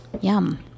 Yum